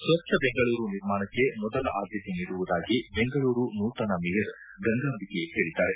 ಸ್ವಜ್ಞ ಬೆಂಗಳೂರು ನಿರ್ಮಾಣಕ್ಕೆ ಮೊದಲ ಆದ್ಮತೆ ನೀಡುವುದಾಗಿ ಬೆಂಗಳೂರು ನೂತನ ಮೇಯರ್ ಗಂಗಾಂಬಿಕೆ ಹೇಳಿದ್ದಾರೆ